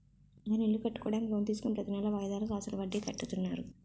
నేను ఇల్లు కట్టుకోడానికి లోన్ తీసుకుని ప్రతీనెలా వాయిదాలుగా అసలు వడ్డీ కడుతున్నాను